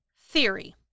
theory